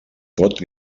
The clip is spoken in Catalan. pot